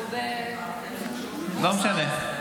לא משנה.